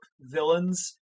villains